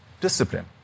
discipline